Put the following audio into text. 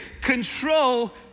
control